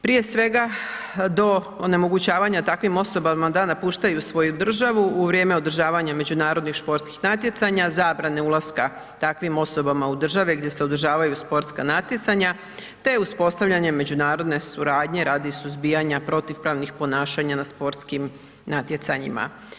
Prije svega, do onemogućavanja takvim osobama da napuštaju svoju državu, u vrijeme održavanja međunarodnih športskih natjecanja, zabrane ulaska takvim osobama u državi gdje se održavaju sportska natjecanja te uspostavljanje međunarodne suradnje radi suzbijanja protupravnih ponašanja na sportskim natjecanjima.